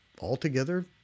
altogether